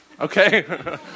Okay